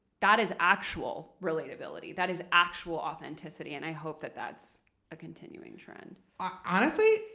that is actual relatability. that is actual authenticity, and i hope that that's a continuing trend. honestly,